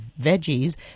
veggies